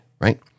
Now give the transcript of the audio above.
right